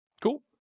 Cool